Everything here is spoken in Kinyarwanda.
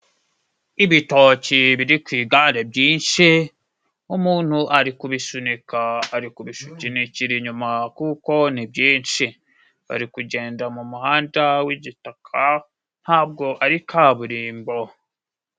Ibitoki biri ku igare byinshi umuntu ari kubisunika ari kubisunikira inyuma kuko ni byinshi. Bari kugenda mu muhanda w'igitaka ntabwo ari kaburimbo.